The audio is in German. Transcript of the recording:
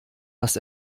das